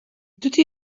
tutti